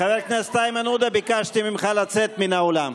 חבר הכנסת איימן עודה, ביקשתי ממך לצאת מן האולם.